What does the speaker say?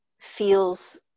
feels